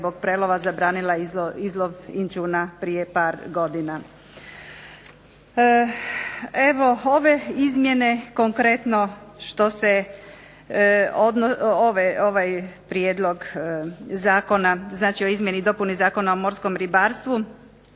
zbog prelova zabranila izlov inćuna prije par godina. Evo ove izmjene konkretno što se, ovaj Prijedlog zakona o izmjeni i dopuni Zakona o morskom ribarstvu